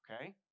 Okay